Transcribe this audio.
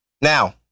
Now